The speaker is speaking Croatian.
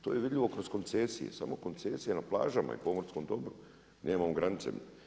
To je vidljivo kroz koncesije, samo koncesija na plažama i pomorskom dobru mijenjamo granice.